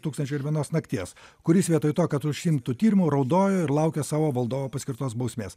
tūkstančio ir vienos nakties kuris vietoj to kad užsiimtų tyrimu raudojo ir laukė savo valdovo paskirtos bausmės